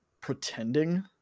pretending